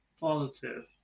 Positive